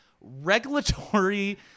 regulatory